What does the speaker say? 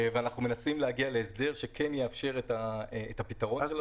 אנחנו מנסים להגיע להסדר שכן יאפשר את הפתרון הזה.